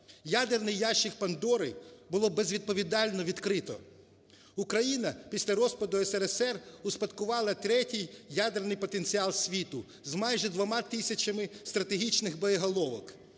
Ядерний ящик Пандори було безвідповідально відкрито. Україна після розпаду СРСР успадкувала третій ядерний потенціал світу з майже 2 тисячами стратегічних боєголовок,